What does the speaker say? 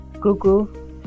Google